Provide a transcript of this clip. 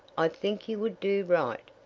i think you would do right,